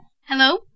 Hello